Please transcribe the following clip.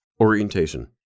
Orientation